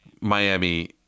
Miami